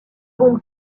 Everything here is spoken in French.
bombes